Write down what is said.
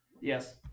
yes